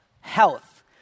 health